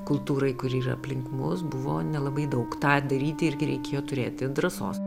kultūrai kuri yra aplink mus buvo nelabai daug tą daryti irgi reikėjo turėti drąsos